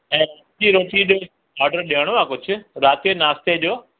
ऐं ऑर्डर ॾियणो आहे कुझु राति जे नाश्ते जो